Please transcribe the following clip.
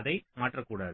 அதை மாற்றக்கூடாது